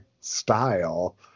style